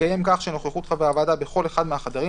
תתקיים כך שנוכחות חברי הוועדה בכל אחד מהחדרים